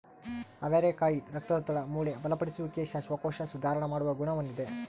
ಅವರೆಕಾಯಿ ರಕ್ತದೊತ್ತಡ, ಮೂಳೆ ಬಲಪಡಿಸುವಿಕೆ, ಶ್ವಾಸಕೋಶ ಸುಧಾರಣ ಮಾಡುವ ಗುಣ ಹೊಂದಿದೆ